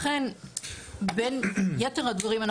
לכן בין יתר הדברים,